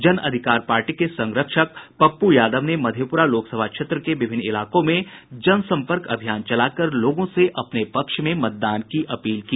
जन अधिकार पार्टी के संरक्षक पप्पू यादव ने मधेपुरा लोकसभा क्षेत्र के विभिन्न इलाकों में जनसम्पर्क अभियान चलाकर लोगों से अपने पक्ष में मतदान की अपील की